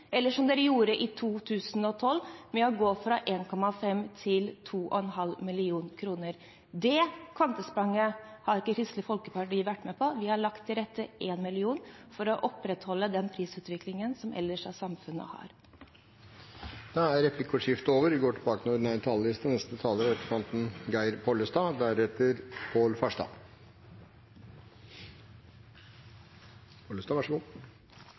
eller som dere gjorde i 2012, ved å gå fra 1,5 mill. kr til 2,5 mill. kr. Det kvantespranget har ikke Kristelig Folkeparti vært med på. Vi har lagt til rette for en endring i prisgrensen på 1 mill. kr, for å opprettholde den prisutviklingen samfunnet ellers har. Replikkordskiftet er